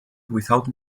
without